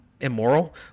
immoral